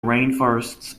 rainforests